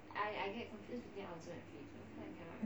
ya correct